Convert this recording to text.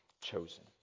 chosen